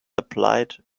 applied